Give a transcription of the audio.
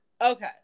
Okay